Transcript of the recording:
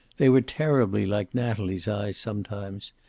they were terribly like natalie's eyes sometimes.